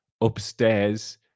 upstairs